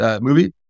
movie